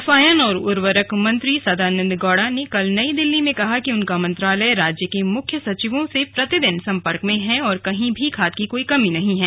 रसायन और उर्वरक मंत्री सदानंद गौड़ा ने कल नई दिल्ली में कहा कि उनका मंत्रालय राज्य के मुख्य सचिवों से प्रतिदिन सम्पर्क में है और कहीं भी खाद की कोई कमी नहीं है